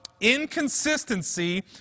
inconsistency